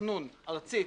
תכנון ארצית,